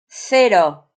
cero